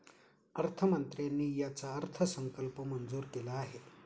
अर्थमंत्र्यांनी याचा अर्थसंकल्प मंजूर केला आहे